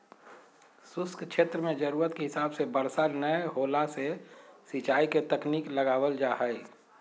शुष्क क्षेत्र मे जरूरत के हिसाब से बरसा नय होला से सिंचाई के तकनीक लगावल जा हई